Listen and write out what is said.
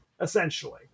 Essentially